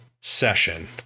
session